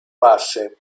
basse